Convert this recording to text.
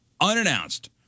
unannounced